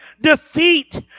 defeat